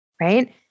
right